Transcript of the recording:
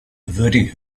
averting